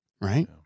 Right